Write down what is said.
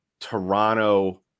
Toronto